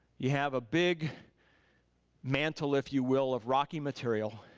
you have a big mantle if you will of rocky material,